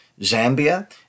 Zambia